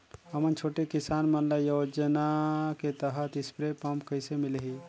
हमन छोटे किसान मन ल योजना के तहत स्प्रे पम्प कइसे मिलही?